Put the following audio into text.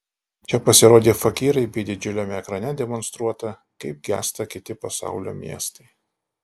čia pasirodė fakyrai bei didžiuliame ekrane demonstruota kaip gęsta kiti pasaulio miestai